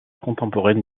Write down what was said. contemporaine